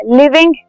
living